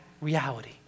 reality